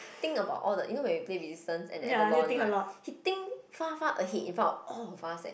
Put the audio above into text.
think about all the you know when we play Resistance and Avalon right he think far far ahead in front of all of us eh